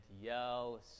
yell